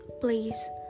please